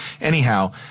Anyhow